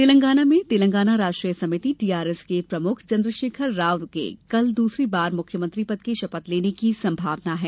तेलंगाना में तेलंगाना राष्ट्रीय समिति टीआरएस के प्रमुख चंद्रशेखर राव के कल दूसरी बार मुख्यमंत्री पद की शपथ लेने की संभावना है